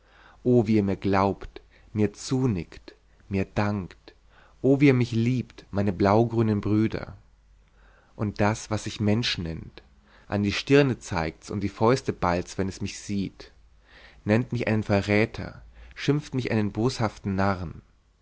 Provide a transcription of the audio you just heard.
o wie ihr mir glaubt mir zunickt mir dankt o wie ihr mich liebt meine blaugrünen brüder und das was sich mensch nennt an die stirne zeigt's und die fäuste ballt's wenn es mich sieht nennt mich einen verächter schimpft mich einen boshaften narren